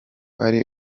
ari